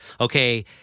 okay